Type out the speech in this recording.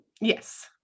Yes